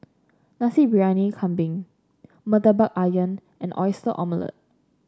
Nasi Briyani Kambing murtabak ayam and Oyster Omelette